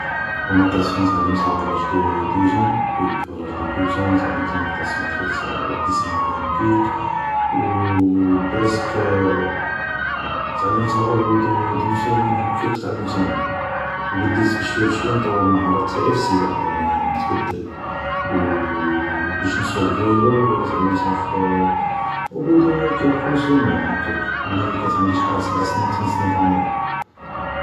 ﻿لا ناطاسيون تعلمتها ا لاج دو دوزان؟ وي الاج دو دوزون تعلمت لا ناطاسيون، دخلت لا بيسين اولامبيك، و برسك تعلمتها اوبو دو دون سومان هاكك تعلمت نعوم. و بديت بشوي بشوي نطور المهارات تاعي في السباحة، يعني نتبدل و باش نسوق فيلو، فيلو تعلمتها ف اوبو دو كالك سومان هاكك ملي كانت عندي شحال، سبع سنين تمن سنين في عمري.